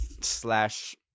slash